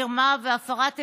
מרמה והפרת אמונים,